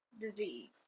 disease